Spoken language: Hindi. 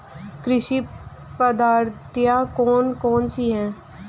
कृषि पद्धतियाँ कौन कौन सी हैं?